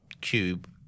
Cube